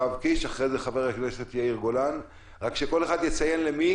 ואין לכם יכולת להיכנס לטלפונים